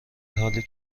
حالی